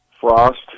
Frost